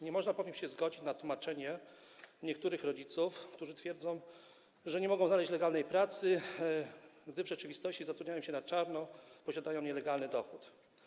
Nie można zgodzić się na tłumaczenie niektórych rodziców, którzy twierdzą, że nie mogą znaleźć legalnej pracy, a w rzeczywistości zatrudniają się na czarno, posiadają nielegalny dochód.